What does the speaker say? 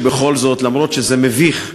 למרות שזה מביך,